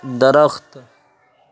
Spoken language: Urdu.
درخت